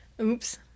oops